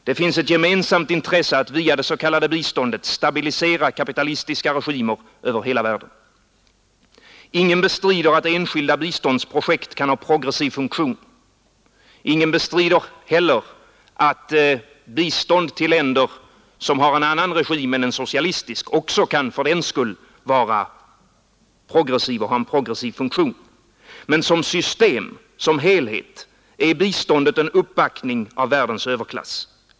Det finns ett gemensamt intresse att via det s.k. biståndet stabilisera kapitalistiska regimer över hela världen. Ingen bestrider heller att bistånd till länder som har en annan regim än en socialistisk också kan ha en progressiv funktion. Men som system, som helhet, är biståndet en uppbackning av världens överklass.